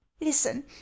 listen